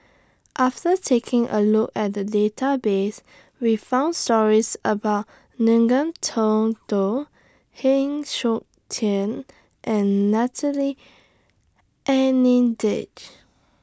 after taking A Look At The Database We found stories about Ngiam Tong Dow Heng Siok Tian and Natalie Hennedige